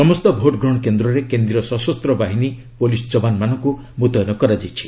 ସମସ୍ତ ଭୋଟଗ୍ରହଣ କେନ୍ଦ୍ରରେ କେନ୍ଦ୍ରୀୟ ସଶସ୍ତ୍ରବାହିନୀ ପୁଲିସ୍ ଯବାନମାନଙ୍କୁ ମୁତୟନ କରାଯାଇଛି